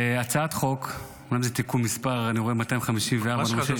הצעת חוק (תיקון מס' 254) -- מה שחשוב,